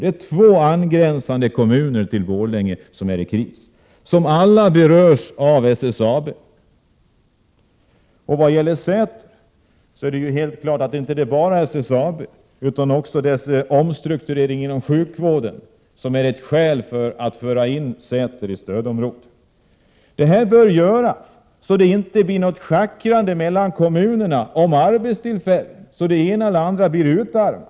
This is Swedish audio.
Det är två till Borlänge angränsande kommuner som är i kris, och de berörs alla av SSAB:s personalinskränkningar. För Säters del är det inte bara SSAB utan också omstruktureringen inom sjukvården som utgör skäl för att Säter bör inplaceras i stödområde. Detta bör göras så att man undviker ett schackrande kommunerna emellan om arbetstillfällen med den följden att den ena eller den andra kommunen blir utarmad.